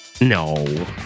No